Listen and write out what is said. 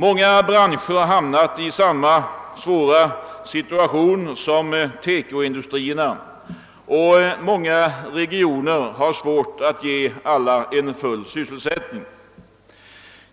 Många branscher har hamnat i samma svåra situation som TEKO-industrierna, och i många regioner har man svårt att bereda alla full sysselsättning.